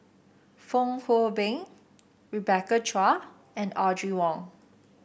Fong Hoe Beng Rebecca Chua and Audrey Wong